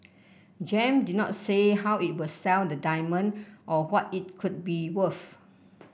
Gem did not say how it will sell the diamond or what it could be worth